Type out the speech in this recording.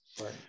Right